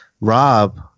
Rob